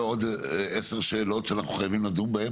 עוד עשר שאלות שאנחנו חייבים לדון בהן,